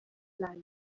lyon